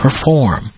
perform